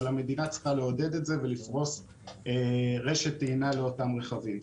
אבל המדינה צריכה לעודד ולפרוס רשת טעינה לאותם רכבים.